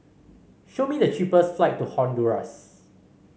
show me the cheapest flight to Honduras